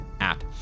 app